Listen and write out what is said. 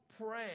pray